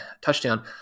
touchdown